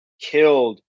killed